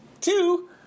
two